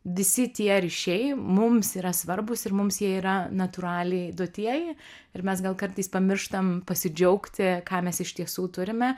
visi tie ryšiai mums yra svarbūs ir mums jie yra natūraliai duotieji ir mes gal kartais pamirštam pasidžiaugti ką mes iš tiesų turime